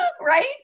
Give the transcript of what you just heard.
right